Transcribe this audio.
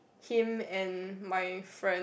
him and my friend